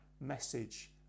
message